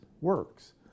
works